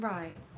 Right